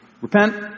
repent